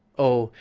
o,